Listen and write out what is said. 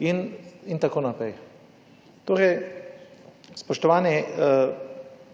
in tako naprej. Torej spoštovani,